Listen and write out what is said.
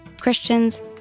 Christians